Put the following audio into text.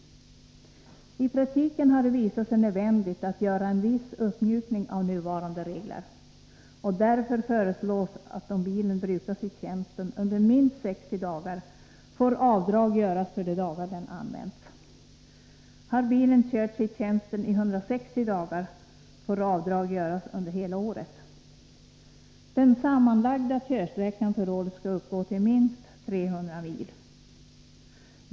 I praktiken har det visat sig nödvändigt att göra en viss uppmjukning av nuvarande regler, och därför föreslås att om bilen brukas i tjänsten under minst 60 dagar får avdrag göras för de dagar den använts. Har bilen körts i tjänsten 160 dagar får avdrag göras under hela året. Den sammanlagda körsträckan för året skall uppgå till minst 300 mil.